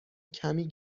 کمی